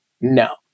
No